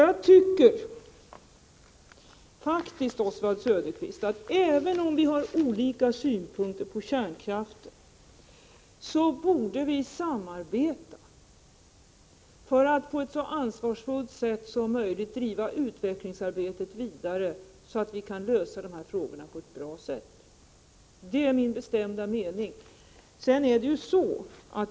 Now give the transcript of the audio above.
Jag tycker faktiskt, Oswald Söderqvist, att även om vi har olika synpunkter på kärnkraften borde vi samarbeta för att på ett så ansvarsfullt sätt som möjligt driva utvecklingsarbetet vidare så att vi kan lösa de här frågorna på ett bra sätt. Det är min bestämda mening.